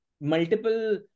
multiple